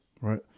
right